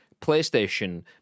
playstation